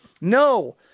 No